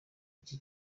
iki